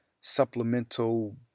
supplemental